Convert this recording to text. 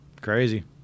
Crazy